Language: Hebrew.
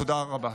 תודה רבה.